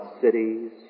cities